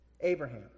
Abraham